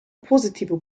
positive